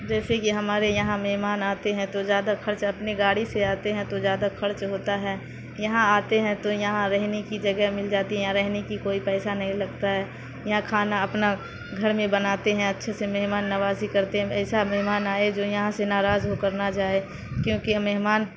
جیسے کہ ہمارے یہاں مہمان آتے ہیں تو زیادہ خرچ اپنے گاڑی سے آتے ہیں تو زیادہ خرچ ہوتا ہے یہاں آتے ہیں تو یہاں رہنے کی جگہ مل جاتی ہے یہاں رہنے کی کوئی پیسہ نہیں لگتا ہے یہاں کھانا اپنا گھر میں بناتے ہیں اچھے سے مہمان نوازی کرتے ہیں ایسا مہمان آئے جو یہاں سے ناراض ہو کر نہ جائے کیونکہ ہم مہمان